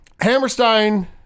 Hammerstein